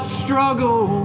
struggle